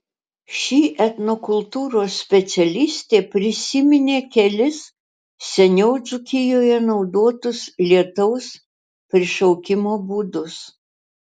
ši etnokultūros specialistė prisiminė kelis seniau dzūkijoje naudotus lietaus prišaukimo būdus